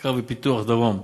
מחקר ופיתוח, דרום,